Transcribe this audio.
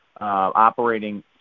operating